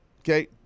Okay